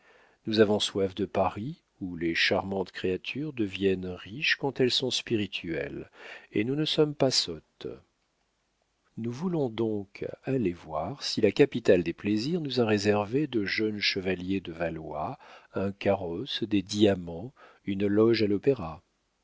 nous avons soif de paris où les charmantes créatures deviennent riches quand elles sont spirituelles et nous ne sommes pas sotte nous voulons donc aller voir si la capitale des plaisirs nous a réservé de jeunes chevaliers de valois un carrosse des diamants une loge à l'opéra